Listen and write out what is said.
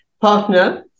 partner